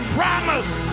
promise